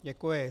Děkuji.